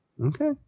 Okay